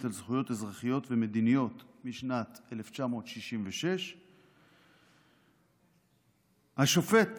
לזכויות אזרחיות ומדיניות משנת 1966. השופט